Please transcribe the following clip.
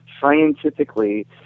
scientifically